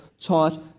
taught